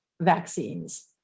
vaccines